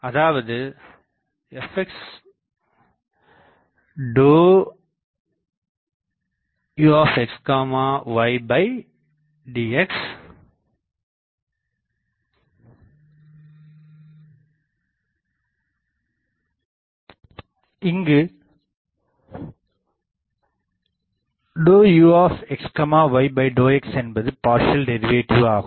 அதாவது Fx duxydx இங்கு duxydxஎன்பது பார்சியல் டேரிவேட்டிவ் ஆகும்